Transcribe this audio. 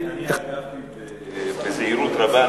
בזהירות רבה.